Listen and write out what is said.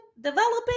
developing